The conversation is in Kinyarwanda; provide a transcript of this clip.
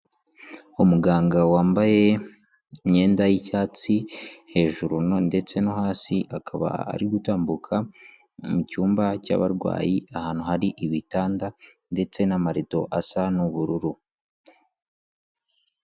Umuganga wambaye imyenda y'icyatsi hejuru ndetse no hasi, akaba ari gutambuka mu cyumba cy'abarwayi ahantu hari ibitanda ndetse n'amarido asa n'ubururu.